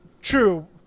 True